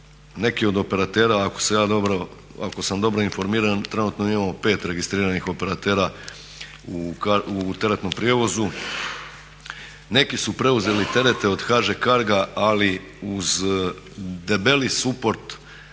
ako se ja dobro, ako sam dobro informiran trenutno mi imao pet registriranih operatera u teretnom prijevozu, neki su preuzeli terete od HŽ CARGO-a ali uz debeli suporrt